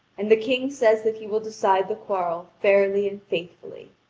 and the king says that he will decide the quarrel fairly and faithfully.